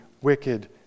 wicked